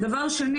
בנוסף,